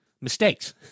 mistakes